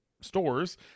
stores